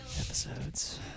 episodes